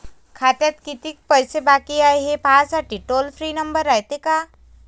खात्यात कितीक पैसे बाकी हाय, हे पाहासाठी टोल फ्री नंबर रायते का?